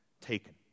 taken